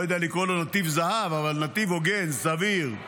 לא יודע לקרוא לו נתיב זהב, אבל נתיב הוגן, סביר,